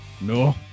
No